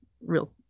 real